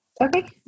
Okay